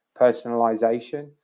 personalization